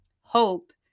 hope